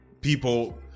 people